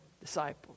disciple